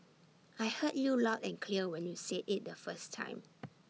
I heard you loud and clear when you said IT the first time